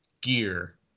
gear